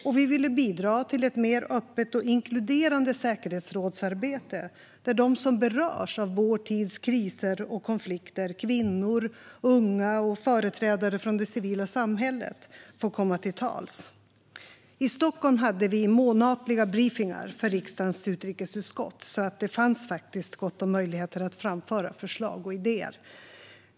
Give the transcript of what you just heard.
Vi ville också bidra till ett mer öppet och inkluderande säkerhetsrådsarbete, där de som berörs av vår tids kriser och konflikter - kvinnor, unga och företrädare för det civila samhället - får komma till tals. I Stockholm hade vi månatliga briefingar för riksdagens utrikesutskott; det fanns alltså gott om möjligheter att framföra förslag och idéer.